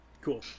Cool